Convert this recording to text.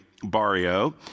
barrio